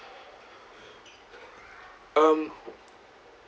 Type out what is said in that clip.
um